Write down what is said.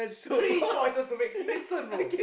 three choices to make listen bro